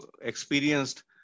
experienced